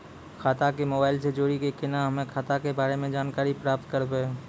खाता के मोबाइल से जोड़ी के केना हम्मय खाता के बारे मे जानकारी प्राप्त करबे?